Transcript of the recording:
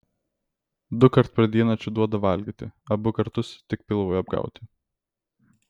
dukart per dieną čia duoda valgyti abu kartus tik pilvui apgauti